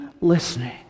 listening